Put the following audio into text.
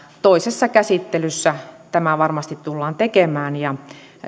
toisessa käsittelyssä tämä varmasti tullaan tekemään ja